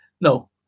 no